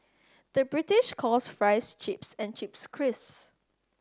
the British calls fries chips and chips crisps